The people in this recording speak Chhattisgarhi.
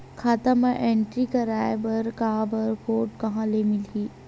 खाता म एंट्री कराय बर बार कोड कहां ले मिलही?